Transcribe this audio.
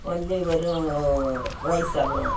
only வெறும் rice சாப்பிடுவோம்